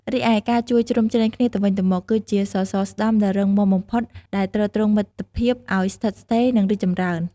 រីឯ ការជួយជ្រោមជ្រែងគ្នាទៅវិញទៅមក គឺជាសសរស្តម្ភដ៏រឹងមាំបំផុតដែលទ្រទ្រង់មិត្តភាពឲ្យស្ថិតស្ថេរ និងរីកចម្រើន។